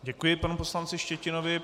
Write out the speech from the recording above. Děkuji panu poslanci Štětinovi.